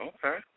Okay